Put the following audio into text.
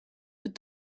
but